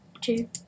two